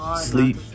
Sleep